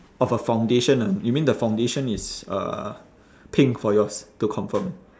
of a foundation ah you mean the foundation is uh pink for yours to confirm